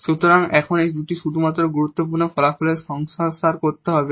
সুতরাং এখন শুধু এই দুটি গুরুত্বপূর্ণ ফলাফলের সংক্ষিপ্তসার করতে হবে